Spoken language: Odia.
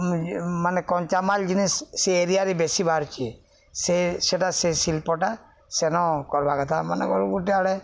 ମାନେ କଞ୍ଚାମାଲ୍ ଜିନିଷ୍ ସେ ଏରିଆରେ ବେଶୀ ବାହାରୁଛି ସେ ସେଇଟା ସେ ଶିଳ୍ପଟା ସେନ କର୍ବା କଥା ମନେକର ଗୋଟେ ଆଡ଼େ